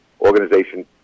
organization